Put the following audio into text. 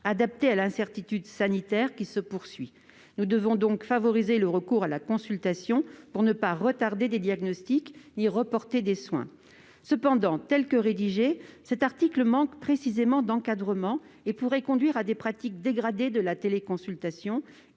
adaptée à l'incertitude sanitaire, qui se poursuit. Nous devons favoriser le recours à la téléconsultation pour ne pas retarder des diagnostics ni reporter des soins. Cependant, tel qu'il est rédigé, cet article manque d'encadrement ; son application pourrait conduire à des pratiques dégradées de la téléconsultation,